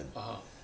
(uh huh)